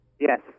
Yes